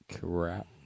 Crap